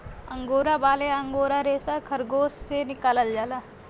angora बाल या angora रेसा खरगोस से निकालल जाला